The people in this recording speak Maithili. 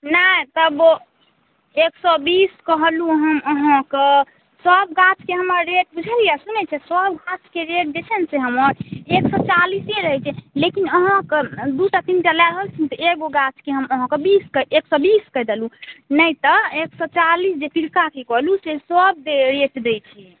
नहि तबो एक सए बीस कहलहुॅं हम अहाँकेॅं सब गाछके हमर रेट बुझलियै सुनै छियै सब गाछके रेट जे छै ने हमर एक सए चालीसे रहै छै लेकिन अहाँकेॅं दूटा तीनटा लेब तऽ एगो गाछके हम एक सए बीस कए देलहुॅं नहि तऽ एक सए चालिस जे पिरकाके कहलहुॅं से सबके रेट दै छी